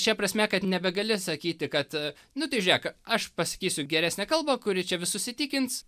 šia prasme kad nebegali sakyti kad a nu tai žiūrėk aš pasakysiu geresnę kalbą kuri čia visus įtikins